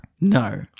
No